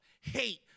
hate